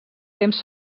temps